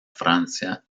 francia